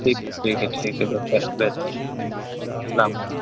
ٹھیک ٹھیک ہے ٹھیک ہے بہتر ہے بہتر ہے ٹھیک ہے السّلام علیکم